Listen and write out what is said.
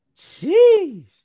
Jeez